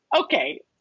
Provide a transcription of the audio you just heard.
Okay